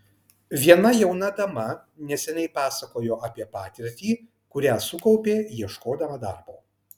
viena jauna dama neseniai pasakojo apie patirtį kurią sukaupė ieškodama darbo